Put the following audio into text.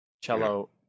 cello